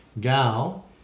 gal